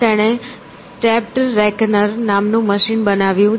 અને તેણે stepped reckoner નામ નું મશીન બનાવ્યું